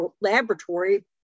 laboratory